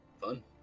fun